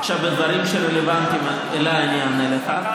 בדברים שרלוונטיים אליי אני אענה לך,